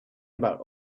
about